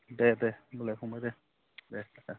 दे दे होमब्लालाय हामबाय दे दे